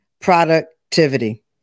productivity